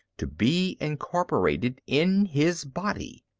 to be incorporated in his body.